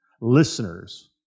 listeners